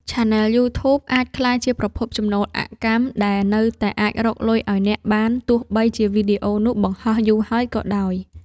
ឆានែលយូធូប អាចក្លាយជាប្រភពចំណូលអកម្ម ដែលនៅតែអាចរកលុយឱ្យអ្នកបានទោះបីជាវីដេអូនោះបង្ហោះយូរហើយក៏ដោយ។